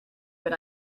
but